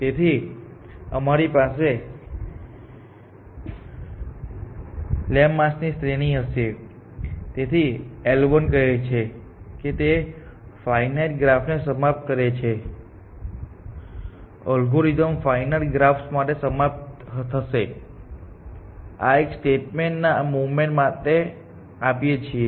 તેથી અમારી પાસે લેમ્માસની શ્રેણી હશે તેથી L 1 કહે છે કે તે ફાઇનાઇટ ગ્રાફને સમાપ્ત કરે છે એલ્ગોરિધમ ફાઇનાઇટ ગ્રાફ્સ માટે સમાપ્ત થશે આ એક સ્ટેટમેન્ટ આ મૂવમેન્ટ માટે આપીએ છીએ